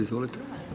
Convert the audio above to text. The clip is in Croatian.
Izvolite.